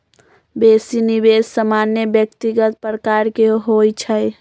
बेशी निवेश सामान्य व्यक्तिगत प्रकार के होइ छइ